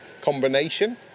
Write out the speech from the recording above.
combination